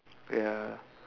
ya